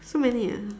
so many eh